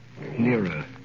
Nearer